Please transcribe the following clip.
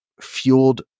fueled